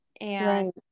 and-